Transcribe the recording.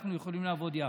אנחנו יכולים לעבוד יחד.